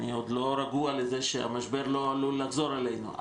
אני עוד לא רגוע מזה שהמשבר עוד עלול לחזור אלינו.